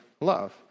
love